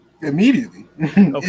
Immediately